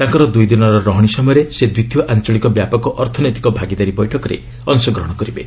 ତାଙ୍କର ଦୁଇଦିନର ରହଣି ସମୟରେ ସେ ଦ୍ୱିତୀୟ ଅଞ୍ଚଳିକ ବ୍ୟାପକ ଅର୍ଥନୈତିକ ଭାଗିଦାରୀ ବୈଠକରେ ଅଂଶଗ୍ରହଣ କରିବେ